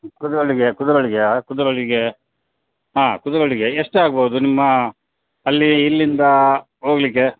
ಕುದ್ರೋಳಿಗೆ ಕುದ್ರೋಳಿಗೆ ಹಾಂ ಕುದ್ರೋಳಿಗೆ ಹಾಂ ಕುದ್ರೋಳಿಗೆ ಎಷ್ಟಾಗ್ಬಹುದು ನಿಮ್ಮ ಅಲ್ಲಿ ಇಲ್ಲಿಂದ ಹೋಗ್ಲಿಕ್ಕೆ